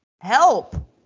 Help